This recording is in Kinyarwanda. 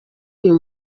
uyu